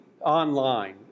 online